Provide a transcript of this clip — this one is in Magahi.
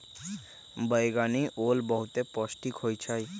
बइगनि ओल बहुते पौष्टिक होइ छइ